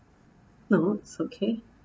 no it's okay